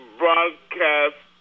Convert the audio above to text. broadcast